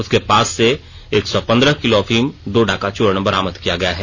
उसके पास से एक सौ पन्द्रह किलो अफीम डोडा का चूर्ण बरामद किया गया है